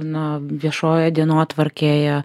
na viešojoje dienotvarkėje